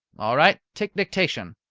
all right, take dictation.